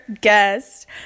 guest